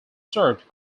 served